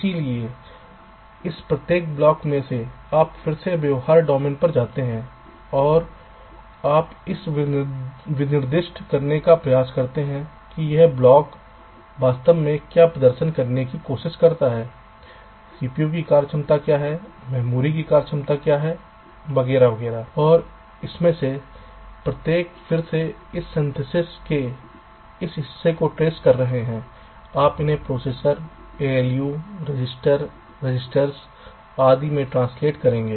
इसलिए इस प्रत्येक ब्लॉक में से आप फिर से व्यवहार डोमेन पर जाते हैं और आप यह निर्दिष्ट करने का प्रयास करते हैं कि यह ब्लॉक वास्तव में क्या प्रदर्शन करने की कोशिश करता है सीपीयू की कार्यक्षमता क्या है मेमोरी की कार्यक्षमता क्या है वगैरह और इनमें से प्रत्येक फिर से इस सिंथेसिस के इस हिस्से को ट्रेस कर रहे हैं आप इन्हें प्रोसेसर ALU रजिस्टर रेसिस्टर्स आदि में ट्रांसलेट करगे